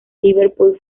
liverpool